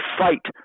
fight